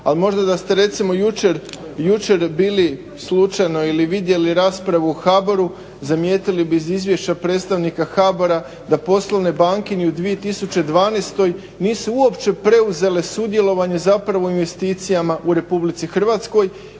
ali možda da ste recimo jučer bili ili vidjeli raspravu o HBOR-u zamijetili bi iz izvješća predstavnika HBOR-a da poslovne banke ni u 2012.nisu uopće preuzele sudjelovanje u investicijama u RH a